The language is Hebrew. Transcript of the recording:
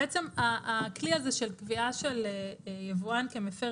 בעצם הכלי הזה של קביעה של יבואן כמפר